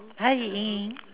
hi Yi-Ying